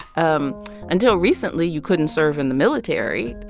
um until recently, you couldn't serve in the military.